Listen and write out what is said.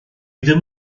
ddim